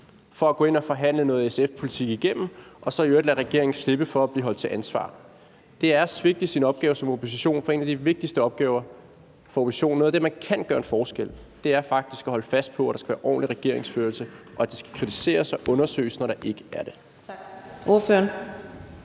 ind og forhandle noget SF-politik igennem og så i øvrigt lade regeringen slippe for at blive holdt ansvarlig. Det er at svigte sin opgave som opposition, for en af de vigtigste opgaver for oppositionen og der, hvor man kan gøre en forskel, er faktisk at holde fast på, at der skal være ordentlig regeringsførelse, og at det skal kritiseres og undersøges, når der ikke er det.